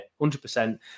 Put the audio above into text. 100%